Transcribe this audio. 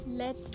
Let